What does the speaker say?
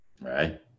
Right